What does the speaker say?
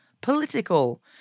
political